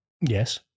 Yes